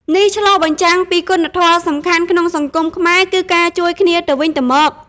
នេះឆ្លុះបញ្ចាំងពីគុណធម៌សំខាន់ក្នុងសង្គមខ្មែរគឺការជួយគ្នាទៅវិញទៅមក។